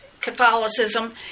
Catholicism